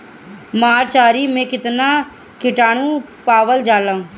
मारचाई मे कौन किटानु पावल जाला?